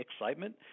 excitement